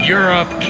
Europe